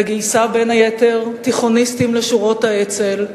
וגייסה בין היתר תיכוניסטים לשורות האצ"ל,